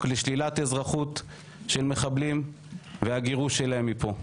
לשלילת אזרחות של מחבלים והגירוש שלהם מפה.